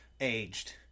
aged